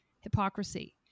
hypocrisy